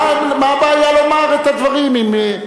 מה הבעיה לומר את הדברים אם,